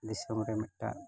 ᱫᱤᱥᱚᱢ ᱨᱮ ᱢᱤᱫᱴᱟᱝ